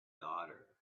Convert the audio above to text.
daughter